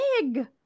big